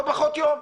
לא פחות יום.